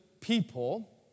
people